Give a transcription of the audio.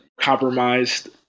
compromised